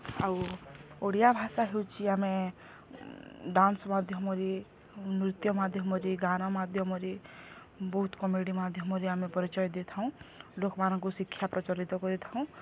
ଆଉ ଓଡ଼ିଆ ଭାଷା ହେଉଛି ଆମେ ଡାନ୍ସ ମାଧ୍ୟମରେ ନୃତ୍ୟ ମାଧ୍ୟମରେ ଗାନା ମାଧ୍ୟମରେ ବହୁତ କମେଡ଼ି ମାଧ୍ୟମରେ ଆମେ ପରିଚୟ ଦେଇଥାଉ ଲୋକମାନଙ୍କୁ ଶିକ୍ଷା ପ୍ରଚଳିତ କରିଥାଉ